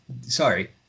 sorry